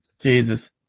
Jesus